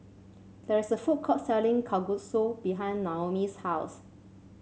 there is a food court selling Kalguksu behind Naomi's house